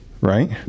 Right